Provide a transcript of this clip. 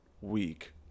week